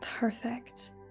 Perfect